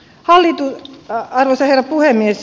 valitun päähänsä ja puhemies